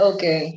Okay